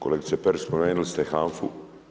Kolegice Perić spomenuli ste HANF-u.